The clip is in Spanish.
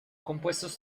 compuestos